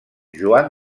joan